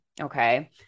Okay